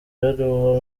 ibaruwa